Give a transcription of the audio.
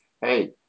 Hey